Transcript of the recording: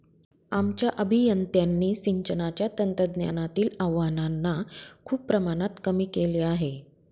आमच्या अभियंत्यांनी सिंचनाच्या तंत्रज्ञानातील आव्हानांना खूप प्रमाणात कमी केले आहे